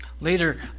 Later